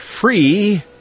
free